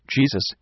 Jesus